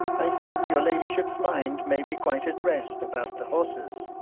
i think your ladyship's mind may be quite at rest about the horses.